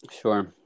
Sure